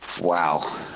Wow